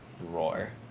roar